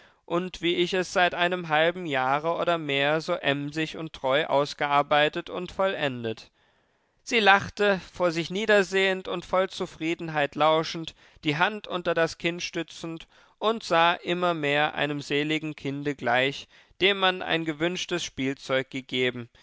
und wie ich es seit einem halben jahre oder mehr so emsig und treu ausgearbeitet und vollendet sie lachte vor sich niedersehend und voll zufriedenheit lauschend die hand unter das kinn stützend und sah immer mehr einem seligen kinde gleich dem man ein gewünschtes spielzeug gegeben